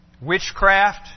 witchcraft